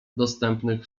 dostępnych